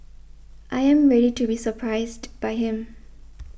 I am ready to be surprised by him